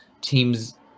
teams